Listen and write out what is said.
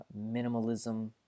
minimalism